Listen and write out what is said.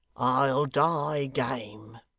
i'll die game,